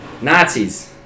Nazis